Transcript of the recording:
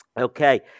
Okay